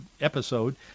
episode